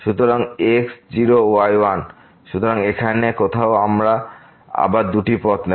সুতরাং x 0 y 1 সুতরাং এখানে কোথাও আমরা আবার দুটি পথ নেব